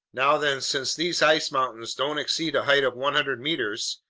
now then, since these ice mountains don't exceed a height of one hundred meters,